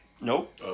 nope